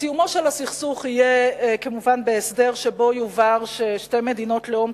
סיומו של הסכסוך יהיה כמובן בהסדר שבו יובהר ששתי מדינות לאום,